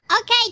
Okay